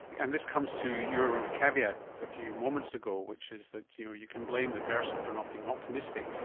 and this comes to your caveat a few moments ago which is that you you can blame the person for not being optimistic.